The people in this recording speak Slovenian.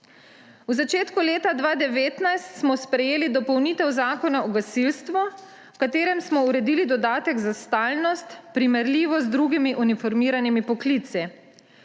V začetku leta 2019 smo sprejeli dopolnitev Zakona o gasilstvu, v kateri smo uredili dodatek za stalnost primerljivo z drugimi uniformiranimi poklici.